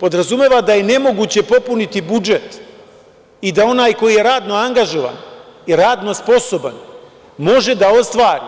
Podrazumeva da je nemoguće popuniti budžet i da onaj koji je radno angažovan i radno sposoban može da ostvari